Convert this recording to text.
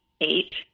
eight